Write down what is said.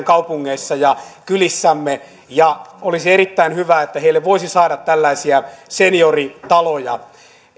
kaupungeissamme ja kylissämme olisi erittäin hyvä että heille voisi saada tällaisia senioritaloja